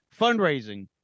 fundraising